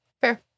Fair